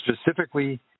specifically